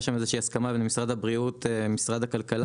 הייתה הסכמה בין משרד הבריאות למשרד הכלכלה.